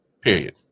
period